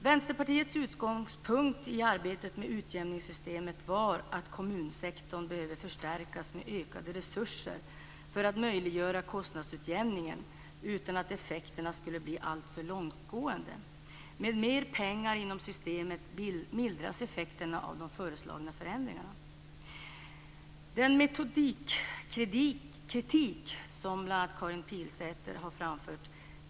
Vänsterpartiets utgångspunkt i arbetet med utjämningssystemet var att kommunsektorn behöver förstärkas med ökade resurser för att möjliggöra kostnadsutjämningen utan att effekterna skulle bli alltför långtgående. Med mer pengar inom systemet mildras effekterna av de föreslagna förändringarna. Jag kan i mångt och mycket instämma i den metodikkritik som bl.a. Karin Pilsäter har framfört.